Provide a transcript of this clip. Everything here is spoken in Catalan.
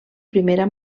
primera